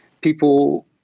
people